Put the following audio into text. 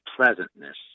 pleasantness